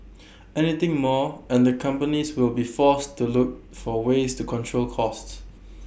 anything more and the companies will be forced to look for ways to control costs